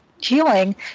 healing